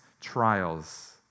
trials